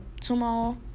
tomorrow